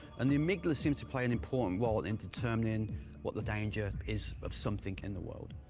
and the amygdala seems to play an important role in determining what the danger is of something in the world.